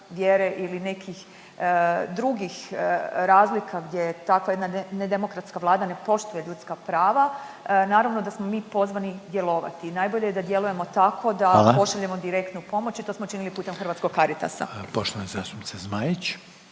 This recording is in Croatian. vjere ili nekih drugih razlika gdje tako jedna nedemokratska vlada ne poštuje ljudska prava naravno da smo mi pozvani djelovati. I najbolje je da djelujemo tako da …/Upadica Željko Reiner: Hvala./… pošaljemo direktnu pomoć i to smo činili putem Hrvatskog Caritasa. **Reiner, Željko